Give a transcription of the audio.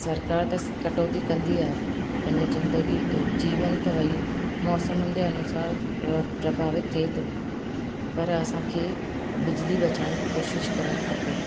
सरकार त कटौती कंदी आहे पंहिंजे ज़िंदगी जीवन त वई मौसमनि जे अनुसार प्रभावित थिए थो पर असांखे बिजली बचाइण जी कोशिश करणु खपे